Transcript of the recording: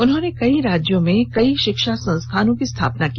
उन्होंने कई राज्यों में कई शिक्षा संस्थानों की स्थापना की